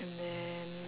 and then